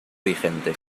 vigente